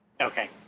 Okay